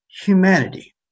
humanity